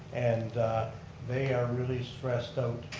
and they are really stressed out.